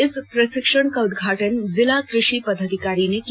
इस प्रशिक्षण का उदघाटन जिला कृषि पदाधिकारी ने किया